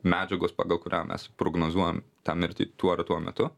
medžiagos pagal kurią mes prognozuojam tą mirtį tuo ar tuo metu